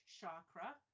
chakra